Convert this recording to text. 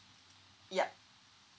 yup